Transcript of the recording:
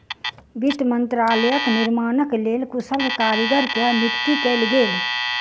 वित्त मंत्रालयक निर्माणक लेल कुशल कारीगर के नियुक्ति कयल गेल